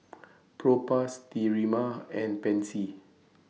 Propass Sterimar and Pansy